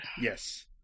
Yes